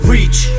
Reach